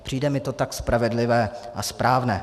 Přijde mi to tak spravedlivé a správné.